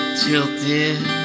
tilted